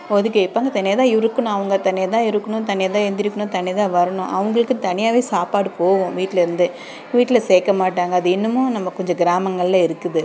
ஒதுக்கி வைப்பாங்க தனியாக தான் இருக்கணும் அவங்க தனியாக தான் இருக்கணும் தனியாக தான் எந்திரிக்கணும் தனியாக தான் வரணும் அவங்களுக்கு தனியாகவே சாப்பாடு போகும் வீட்லேருந்தே வீட்டில் சேர்க்க மாட்டாங்க அது இன்னமும் நம்ம கொஞ்சம் கிராமங்கலில் இருக்குது